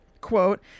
quote